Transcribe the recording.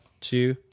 two